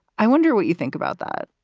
i wonder what you think about that